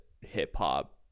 hip-hop